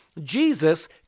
jesus